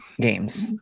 games